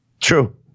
True